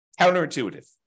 Counterintuitive